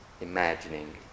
imagining